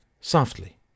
softly